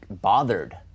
bothered